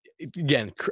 Again